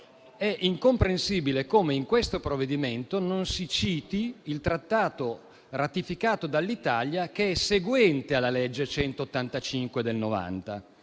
incomprensibile come in questo provvedimento non si citi il trattato ratificato dall'Italia, che è seguente alla legge n. 185 del 1990: